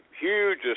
huge